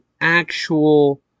actual